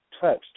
touch